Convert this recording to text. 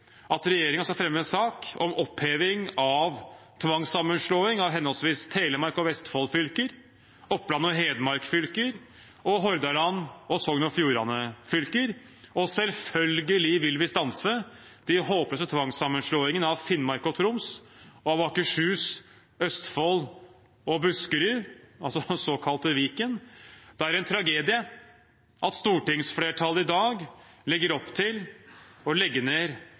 at regjeringen skal fremme sak om oppheving av tvangssammenslåing av henholdsvis Telemark og Vestfold fylker, Oppland og Hedmark fylker og Hordaland og Sogn og Fjordane fylker, og selvfølgelig vil vi stanse de håpløse tvangssammenslåingene av Finnmark og Troms og av Akershus, Østfold og Buskerud, såkalte Viken. Det er en tragedie at stortingsflertallet i dag legger opp til å legge ned